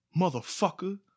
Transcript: motherfucker